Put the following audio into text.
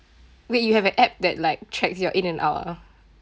wait you have an app that like checks your in and out ah